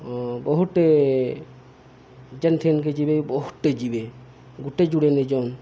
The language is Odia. ବହୁତ୍ଟେ ଯେନ୍ ଠାନ୍କେ ଯିବେ ବହୁତ୍ଟେ ଯିବେ ଗୁଟେ ଜୁଡ଼େ ନିଜନ୍